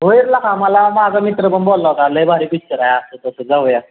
होय रे लेका मला माझा मित्र पण बोलला होता लयभारी पिच्चर आहे असं तसं जाऊया